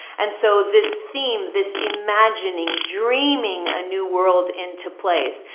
and so this theme, this imagining dreaming a new world into place,